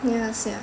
ya sia